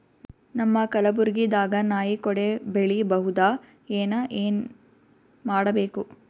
ನಮ್ಮ ಕಲಬುರ್ಗಿ ದಾಗ ನಾಯಿ ಕೊಡೆ ಬೆಳಿ ಬಹುದಾ, ಏನ ಏನ್ ಮಾಡಬೇಕು?